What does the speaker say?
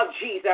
Jesus